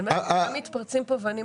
זאת אומרת הוא לא יקבל מלא.